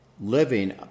living